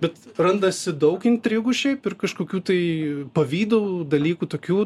bet randasi daug intrigų šiaip ir kažkokių tai pavydų dalykų tokių